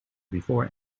before